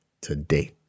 today